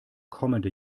kommende